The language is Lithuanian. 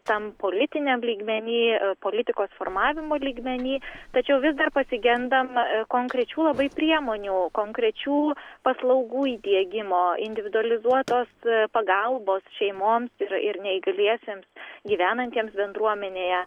tam politiniam lygmeny politikos formavimo lygmeny tačiau vis dar pasigendam konkrečių labai priemonių konkrečių paslaugų įdiegimo individualizuotos pagalbos šeimoms ir ir neįgaliesiems gyvenantiems bendruomenėje